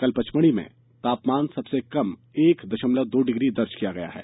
कल पचमढ़ी में तापमान सबसे कम एक दशमलव दो डिग्री दर्ज किया गया है